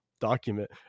document